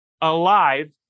alive